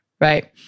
Right